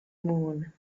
moon